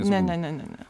ne ne ne ne